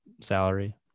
salary